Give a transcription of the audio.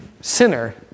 Sinner